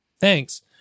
Thanks